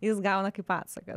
jis gauna kaip atsaką